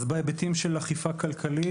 אז בהיבטים של אכיפה כלכלית,